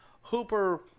Hooper